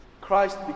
Christ